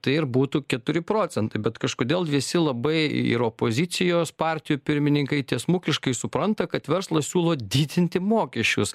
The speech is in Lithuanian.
tai ir būtų keturi procentai bet kažkodėl visi labai ir opozicijos partijų pirmininkai tiesmukiškai supranta kad verslas siūlo didinti mokesčius